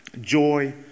Joy